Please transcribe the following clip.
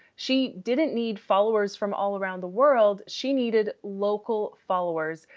she didn't need followers from all around the world. she needed local followers,